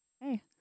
Hey